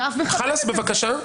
חלאס בבקשה.